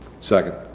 second